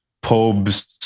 pubs